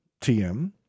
TM